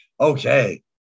okay